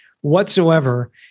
whatsoever